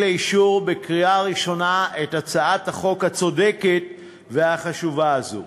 לאישור בקריאה ראשונה את הצעת החוק הצודקת והחשובה הזאת,